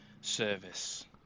service